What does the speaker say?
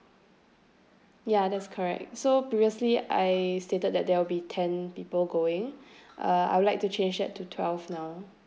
ya that's correct so previously I stated that there will be ten people going uh I would like to change it to twelve now